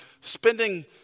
spending